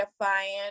defiant